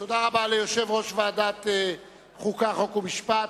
תודה רבה ליושב-ראש ועדת חוקה, חוק ומשפט.